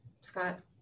Scott